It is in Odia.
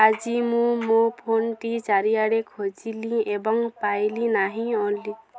ଆଜି ମୁଁ ମୋ ଫୋନ୍ଟି ଚାରିଆଡ଼େ ଖୋଜିଲି ଏବଂ ପାଇଲି ନାହିଁ ଓଲ୍ଲୀ